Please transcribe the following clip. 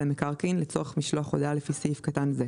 המקרקעין לצורך משלוח הודעה לפי סעיף קטן זה,